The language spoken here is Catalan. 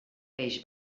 peix